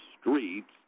streets